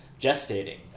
gestating